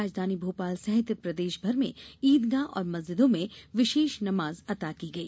राजधानी भोपाल सहित प्रदेशभर में ईदगाह और मस्जिदों में विशेष नमाज़ अता की गई